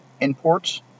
imports